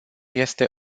este